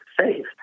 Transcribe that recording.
safe